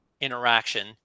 interaction